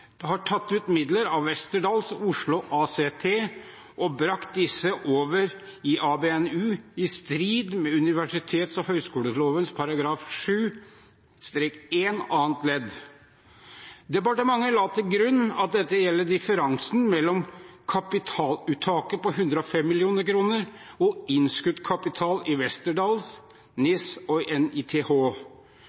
tatt ut midler av Westerdals Oslo ACT og brakt disse over i ABNU, i strid med universitets- og høyskoleloven § 7-1 annet ledd. Departementet la til grunn at dette gjelder differansen mellom kapitaluttaket på 105 mill. kr og innskuddskapital i Westerdals, NISS og NITH,